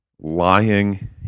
lying